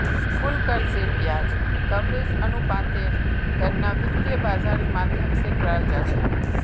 कुल कर्जेर ब्याज कवरेज अनुपातेर गणना वित्त बाजारेर माध्यम से कराल जा छे